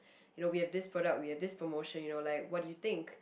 you know we have this product we have this promotion you know like what do you think